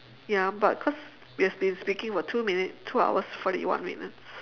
ya but because we have been speaking for two minute two hours forty one minutes